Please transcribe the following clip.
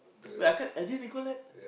wait I can't I didn't recall that